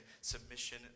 submission